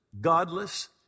godless